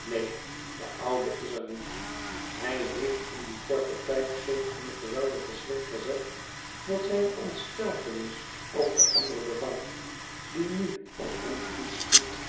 neen de oude is er niet hij heeft in dien korten tijd zulk een geweldigen schrik gezet dat zijne ontsteltenis ook den ander bevangt die nu op hem toeschiet